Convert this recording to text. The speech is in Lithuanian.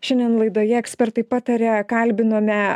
šiandien laidoje ekspertai pataria kalbinome